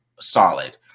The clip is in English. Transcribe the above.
solid